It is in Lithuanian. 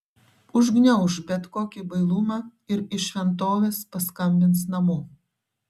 užgniauš bet kokį bailumą ir iš šventovės paskambins namo